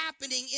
happening